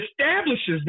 establishes